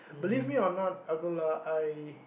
believe me or not Abdullah I